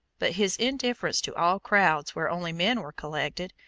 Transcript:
but his indifference to all crowds where only men were collected,